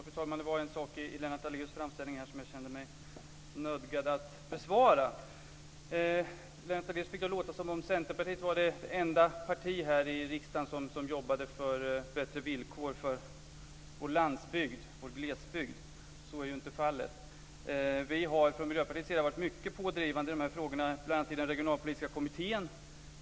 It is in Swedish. Fru talman! Det var en sak i Lennart Daléus framställning som jag kände mig nödgad att besvara. Lennart Daléus fick det att låta som om Centerpartiet är det enda parti här i riksdagen som jobbar för bättre villkor för vår glesbygd. Så är ju inte fallet. Vi har från Miljöpartiets sida varit mycket pådrivande i de här frågorna, bl.a. i den regionalpolitiska kommittén.